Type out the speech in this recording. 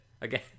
again